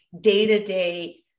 day-to-day